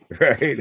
Right